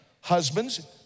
Husbands